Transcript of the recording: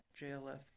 JLF